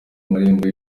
marembo